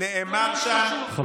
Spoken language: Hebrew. ונאמר שם במפורש, זה מה שחשוב.